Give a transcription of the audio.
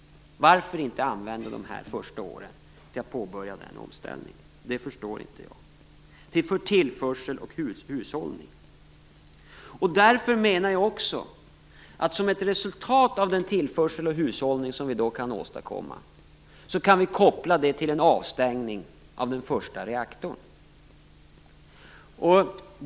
Varför inte använda de närmaste åren till att påbörja den omställningen med tillförsel och hushållning? Det förstår inte jag. Därför menar jag också att som ett resultat av den tillförsel och hushållning som vi kan åstadkomma kan vi koppla det till en avstängning av den första reaktorn.